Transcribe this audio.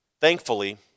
Thankfully